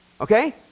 okay